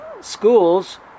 schools